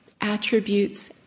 attributes